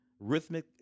Rhythmic